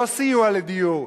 לא סיוע לדיור,